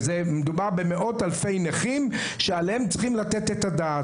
מדובר במאות אלפי נכים שעליהם צריכים לתת את הדעת,